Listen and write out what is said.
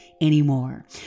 anymore